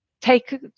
take